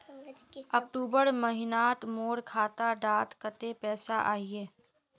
अक्टूबर महीनात मोर खाता डात कत्ते पैसा अहिये?